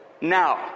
now